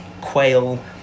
quail